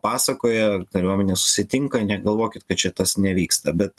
pasakoja kariuomenės susitinka negalvokit kad čia tas nevyksta bet